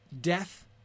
Death